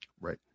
Right